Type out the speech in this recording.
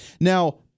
Now